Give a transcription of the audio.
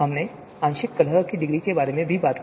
हमने आंशिक कलह की डिग्री के बारे में भी बात की